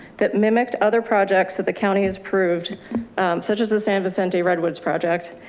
that mimicked other projects that the county has proved such as the san vicente redwoods project